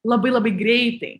labai labai greitai